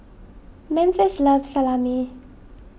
Memphis loves Salami